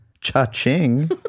Cha-ching